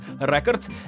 Records